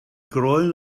groen